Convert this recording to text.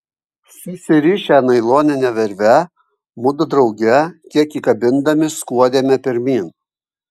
susirišę nailonine virve mudu drauge kiek įkabindami skuodėme pirmyn